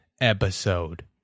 episode